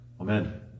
Amen